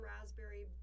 raspberry